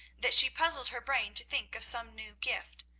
that she puzzled her brain to think of some new gift.